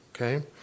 Okay